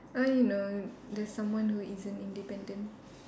I know there's someone who isn't independent